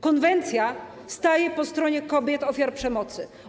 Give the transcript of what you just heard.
Konwencja staje po stronie kobiet - ofiar przemocy.